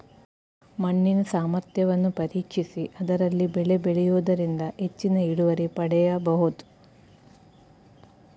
ಮಣ್ಣಿನ ಸಾಮರ್ಥ್ಯವನ್ನು ಪರೀಕ್ಷಿಸಿ ಅದರಲ್ಲಿ ಬೆಳೆ ಬೆಳೆಯೂದರಿಂದ ಹೆಚ್ಚಿನ ಇಳುವರಿ ಪಡೆಯಬೋದು